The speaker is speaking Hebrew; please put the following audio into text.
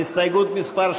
ההסתייגות (3)